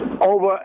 over